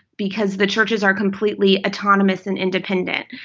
because the churches are completely autonomous and independent.